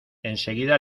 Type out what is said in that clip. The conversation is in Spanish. enseguida